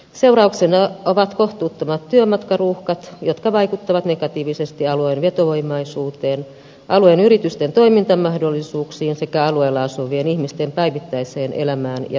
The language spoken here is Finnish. seurauksena ovat kohtuuttomat työmatkaruuhkat jotka vaikuttavat negatiivisesti alueen vetovoimaisuuteen alueen yritysten toimintamahdollisuuksiin sekä alueella asuvien ihmisten päivittäiseen elämään ja viihtyvyyteen